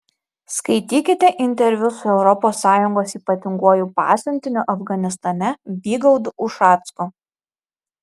skaitykite interviu su europos sąjungos ypatinguoju pasiuntiniu afganistane vygaudu ušacku